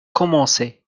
commencer